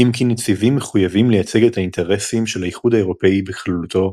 אם כי נציבים מחויבים לייצג את האינטרסים של האיחוד האירופי בכללותו